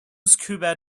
scuba